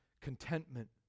contentment